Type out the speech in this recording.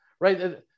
Right